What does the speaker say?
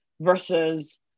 versus